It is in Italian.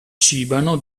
cibano